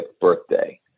birthday